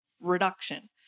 reduction